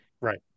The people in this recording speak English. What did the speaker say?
Right